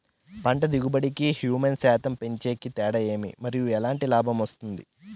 పంట దిగుబడి కి, హ్యూమస్ శాతం పెంచేకి తేడా ఏమి? మరియు ఎట్లాంటి లాభం ఉంటుంది?